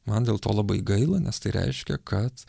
man dėl to labai gaila nes tai reiškia kad